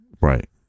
right